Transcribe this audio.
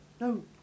no